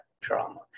drama